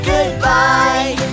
Goodbye